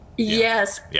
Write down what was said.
Yes